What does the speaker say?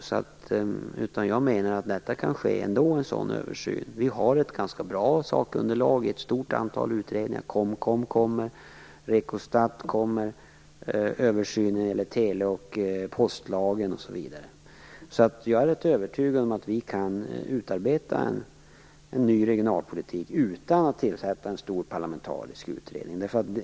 Man kan ändå göra en översyn. Vi har ett ganska bra sakunderlag. Det har gjorts ett stort antal utredningar, t.ex. KOMKOM, REKO Jag är övertygad om att det går att utarbeta en ny regionalpolitik utan tillsättandet av en stor parlamentarisk utredning.